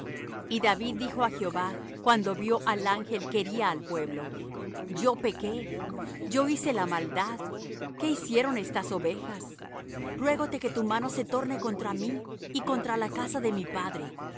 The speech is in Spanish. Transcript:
y david dijo á jehová cuando vió al ángel que hería al pueblo yo pequé yo hice la maldad qué hicieron estas ovejas ruégote que tu mano se torne contra mí y contra la casa de mi padre